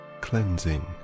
cleansing